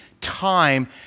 time